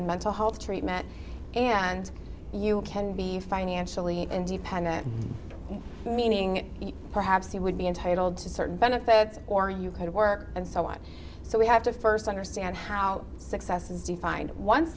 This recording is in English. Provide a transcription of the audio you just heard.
and mental health treatment and you can be financially independent meaning perhaps you would be entitled to certain benefits or you kind of work and so on so we have to first understand how success is defined once